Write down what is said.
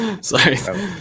Sorry